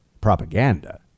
propaganda